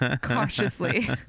cautiously